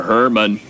Herman